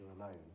alone